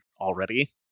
already